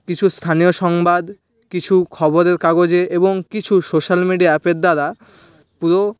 কিছু স্থানীয় সংবাদ কিছু খবরের কাগজে এবং কিছু সোশ্যাল মিডিয়া অ্যাপের দ্বারা পুরো